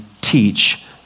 teach